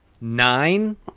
nine